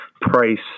price